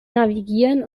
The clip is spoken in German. navigieren